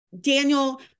Daniel